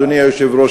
אדוני היושב-ראש,